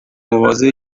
muyobozi